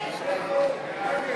ההסתייגויות לסעיף 07,